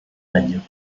año